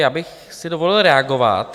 Já bych si dovolil reagovat.